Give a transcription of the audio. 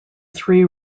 three